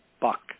buck